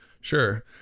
Sure